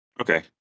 Okay